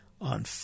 on